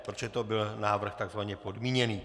Protože to byl návrh takzvaně podmíněný.